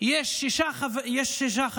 יש שישה חברים,